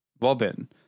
robin